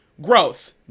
gross